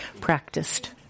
practiced